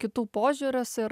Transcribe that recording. kitų požiūrius ir